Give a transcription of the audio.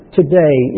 today